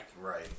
Right